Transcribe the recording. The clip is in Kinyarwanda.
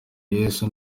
yesu